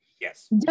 Yes